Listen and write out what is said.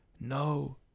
No